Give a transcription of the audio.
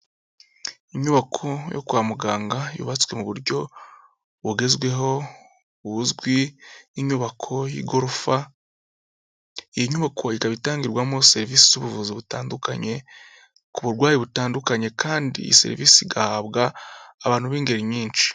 Inyubako yo kwa muganga yubatswe mu buryo bugezweho buzwi, inyubako y'igorofa, iyi nyubako ikaba itangirwamo serivisi z'ubuvuzi butandukanye, ku burwayi butandukanye, kandi iyi serivisi igahabwa abantu b'ingeri nyinshi.